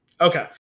Okay